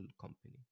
company